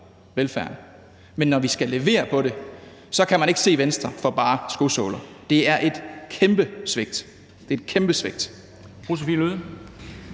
velfærden, men når vi skal levere på det, kan man ikke se Venstre for bare skosåler. Det er et kæmpe svigt – et kæmpe svigt.